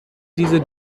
diese